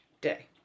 day